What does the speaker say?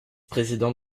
président